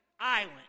island